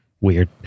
Weird